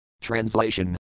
Translation